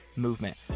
movement